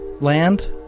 land